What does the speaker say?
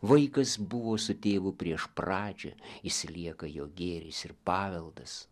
vaikas buvo su tėvu prieš pradžią jis lieka jo gėris ir paveldas